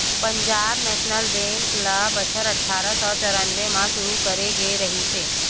Punjab national bank ल बछर अठरा सौ चौरनबे म सुरू करे गे रिहिस हे